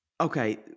okay